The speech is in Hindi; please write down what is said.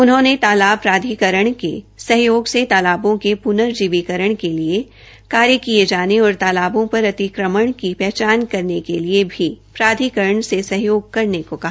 उन्होंने तालाब प्राधिकरण के सहयोग से तालाबों के पुनरजीविकरण के लिए कार्य किये जाने और तालाबों पर अतिक्रमण की पहचान करने के लिए भी प्राधिकरण से सहयोग करने को कहा